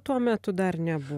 tuo metu dar nebu